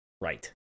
right